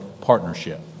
partnership